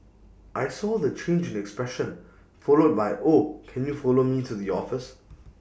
I saw the change in expression followed by oh can you follow me to the office